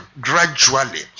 gradually